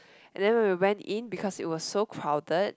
and then when we went in because it was so crowded